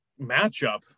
matchup